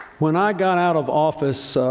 when i got out of office